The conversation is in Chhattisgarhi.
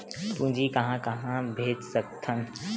पूंजी कहां कहा भेज सकथन?